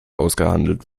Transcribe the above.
ausgehandelt